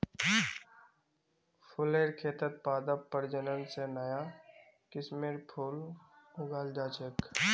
फुलेर खेतत पादप प्रजनन स नया किस्मेर फूल उगाल जा छेक